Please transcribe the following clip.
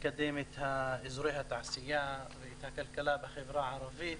לקדם את אזורי התעשייה ואת הכלכלה בחברה הערבית.